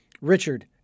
richard